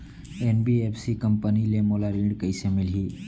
NBFC company ले मोला ऋण कइसे मिलही?